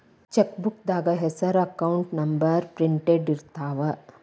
ಚೆಕ್ಬೂಕ್ದಾಗ ಹೆಸರ account number printed ಇರ್ತಾವ